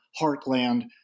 heartland